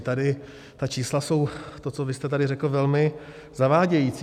Tady ta čísla jsou, to, co vy jste tady řekl, velmi zavádějící.